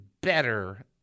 better